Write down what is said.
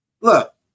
Look